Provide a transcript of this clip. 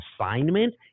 assignment